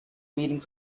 peeling